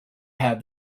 have